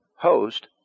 host